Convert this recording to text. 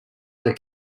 their